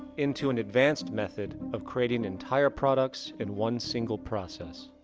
into an advanced method of creating entire products in one single process.